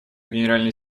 генеральный